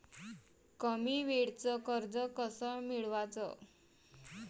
कमी वेळचं कर्ज कस मिळवाचं?